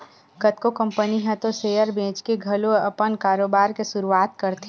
कतको कंपनी ह तो सेयर बेंचके घलो अपन कारोबार के सुरुवात करथे